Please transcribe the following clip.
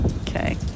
Okay